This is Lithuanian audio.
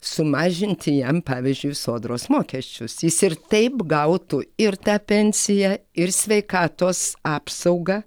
sumažinti jam pavyzdžiui sodros mokesčius jis ir taip gautų ir tą pensiją ir sveikatos apsaugą